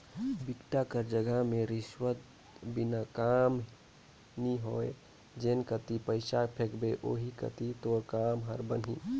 बिकट कर जघा में रिस्वत बिना कामे नी होय जेन कती पइसा फेंकबे ओही कती तोर काम हर बनही